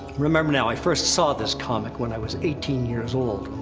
remember, now, i first saw this comic when i was eighteen years old.